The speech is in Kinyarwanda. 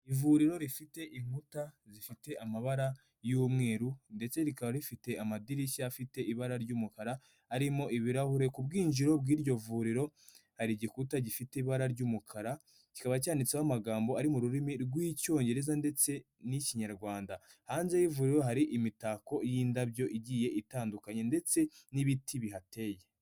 Ivuriro rifite inkuta zifite amabara y'umweru, ndetse rikaba rifite amadirishya afite ibara ry'umukara, arimo ibirahure ku bwinjiro bw'iryo vuriro hari igikuta gifite ibara ry'umukara, kikaba cyanditseho amagambo ari mu rurimi rw'icyongereza ndetse n'ikinyarwanda, hanze y'ivuriro hari imitako y'indabyo igiye itandukanye ndetse n'ibiti bihateye.